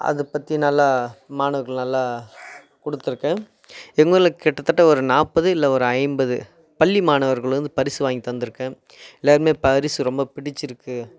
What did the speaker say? அதை பற்றி நல்லா மாணவர்கள் நல்லா கொடுத்துருக்கேன் எங்கள் ஊரில் கிட்டத்தட்ட ஒரு நாற்பது இல்லை ஒரு ஐம்பது பள்ளி மாணவர்கள் வந்து பரிசு வாங்கி தந்து இருக்கேன் எல்லோருமே பரிசு ரொம்ப பிடிச்சு இருக்குது